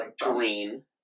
Green